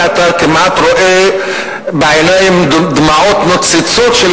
ואתה כמעט רואה דמעות נוצצות בעיניים של